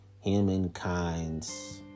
humankind's